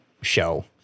show